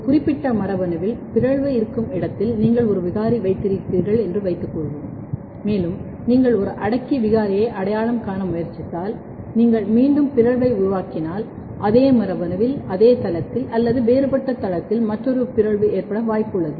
இந்த குறிப்பிட்ட மரபணுவில் பிறழ்வு இருக்கும் இடத்தில் நீங்கள் ஒரு விகாரி வைத்திருக்கிறீர்கள் என்று வைத்துக் கொள்வோம் மேலும் நீங்கள் ஒரு அடக்கி விகாரியை அடையாளம் காண முயற்சித்தால் நீங்கள் மீண்டும் பிறழ்வை உருவாக்கினால் அதே மரபணுவில் அதே தளத்தில் அல்லது வேறுபட்ட தளத்தில் மற்றொரு பிறழ்வு ஏற்பட வாய்ப்புள்ளது